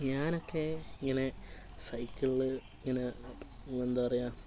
ഞാനൊക്കെ ഇങ്ങനെ സൈക്കിളിൽ ഇങ്ങനെ എന്താ പറയുക